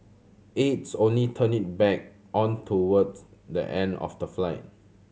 aides only turned it back on towards the end of the flight